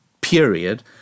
period